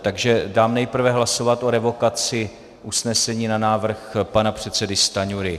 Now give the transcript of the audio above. Takže dám nejprve hlasovat o revokaci usnesení na návrh pana předsedy Stanjury.